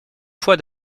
fois